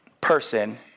person